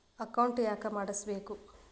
Account ಯಾಕ್ ಮಾಡಿಸಬೇಕು?